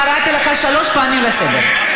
קראתי אותך שלוש פעמים לסדר.